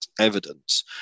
evidence